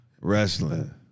Wrestling